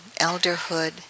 elderhood